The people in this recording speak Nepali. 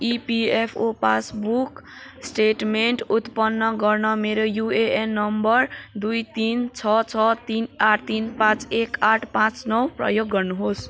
इपिएफओ पासबुक स्टेटमेन्ट उत्पन्न गर्न मेरो युएएन नम्बर दुई तिन छः छः तिन आठ तिन पाँच एक आठ पाँच नौ प्रयोग गर्नुहोस्